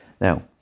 Now